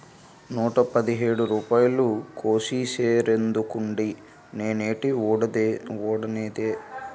నూట పదిహేడు రూపాయలు కోసీసేరెందుకండి నేనేటీ వోడనేదే